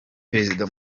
perezida